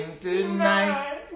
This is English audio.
tonight